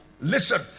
listen